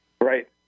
Right